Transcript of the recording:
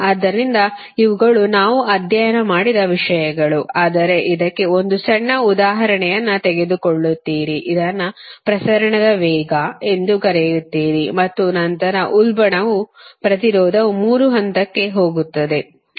ಆದ್ದರಿಂದ ಇವುಗಳು ನಾವು ಅಧ್ಯಯನ ಮಾಡಿದ ವಿಷಯಗಳು ಆದರೆ ಇದಕ್ಕೆ ಒಂದು ಸಣ್ಣ ಉದಾಹರಣೆಯನ್ನು ತೆಗೆದುಕೊಳ್ಳುತ್ತೀರಿ ಇದನ್ನು ಪ್ರಸರಣದ ವೇಗ ಎಂದು ಕರೆಯುತ್ತೀರಿ ಮತ್ತು ನಂತರ ಉಲ್ಬಣವು ಪ್ರತಿರೋಧವು 3 ಹಂತಕ್ಕೆ ಹೋಗುತ್ತದೆ